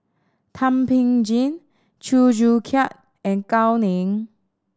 Thum Ping Tjin Chew Joo Chiat and Gao Ning